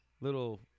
little